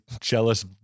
jealous